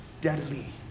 deadly